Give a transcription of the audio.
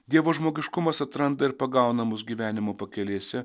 dievo žmogiškumas atranda ir pagauna mus gyvenimo pakelėse